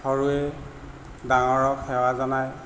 সৰুৱে ডাঙৰক সেৱা জনায়